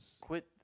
quit